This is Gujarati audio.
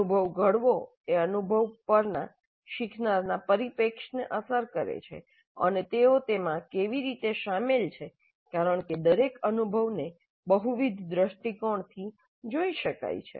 અનુભવ ઘડવો એ અનુભવ પરના શીખનારના પરિપ્રેક્ષ્યને અસર કરે છે અને તેઓ તેમાં કેવી રીતે શામેલ છે કારણ કે દરેક અનુભવને બહુવિધ દ્રષ્ટિકોણથી જોઈ શકાય છે